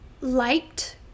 liked